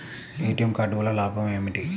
ATM card వల్ల లాభం ఏమిటి?